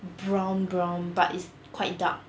brown brown but it's quite dark